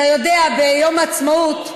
אתה יודע, ביום העצמאות,